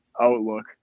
outlook